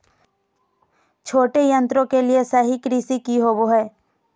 छोटे किसानों के लिए सही कृषि यंत्र कि होवय हैय?